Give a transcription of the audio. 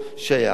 יש הבדלים,